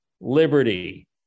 liberty